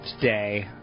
today